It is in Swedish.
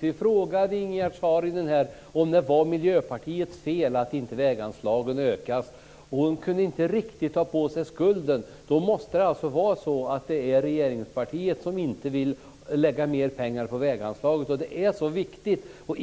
Vi frågade Ingegerd Saarinen om det var Miljöpartiets fel att väganslagen inte ökas. Hon kunde inte riktigt ta på sig skulden. Då måste det alltså vara regeringspartiet som inte vill lägga mer pengar på väganslaget. Det är så viktigt.